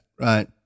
Right